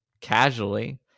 casually